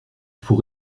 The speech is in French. faut